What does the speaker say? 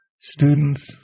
students